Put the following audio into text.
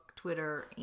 Twitter